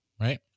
Right